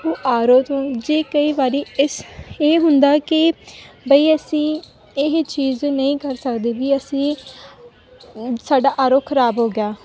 ਉਹ R O 'ਚੋ ਜੇ ਕਈ ਵਾਰ ਇਸ ਇਹ ਹੁੰਦਾ ਕਿ ਬਈ ਅਸੀਂ ਇਹ ਚੀਜ਼ ਨਹੀਂ ਕਰ ਸਕਦੇ ਵੀ ਅਸੀਂ ਸਾਡਾ ਆਰ ਓ ਖ਼ਰਾਬ ਹੋ ਗਿਆ